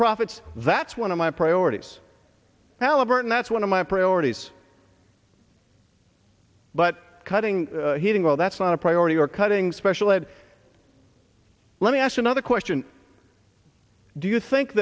profits that's one of my priorities halliburton that's one of my priorities but cutting heating oil that's not a priority or cutting special ed let me ask another question do you think